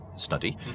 study